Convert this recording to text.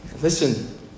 Listen